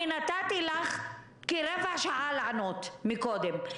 נתתי לך כרבע שעה לענות מקודם,